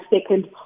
second